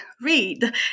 read